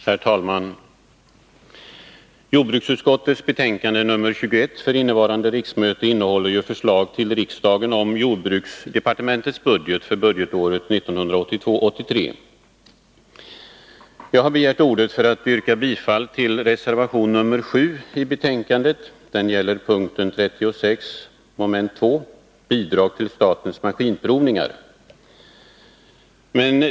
Herr talman! Jordbruksutskottets betänkande nr 21 för innevarande riksmöte innehåller förslag till riksdagen om jordbruksdepartementets budget för budgetåret 1982/83. Jag har begärt ordet för att yrka bifall till reservation 7. Den gäller p. 36 mom. 2. Bidrag till statens maskinprovningar.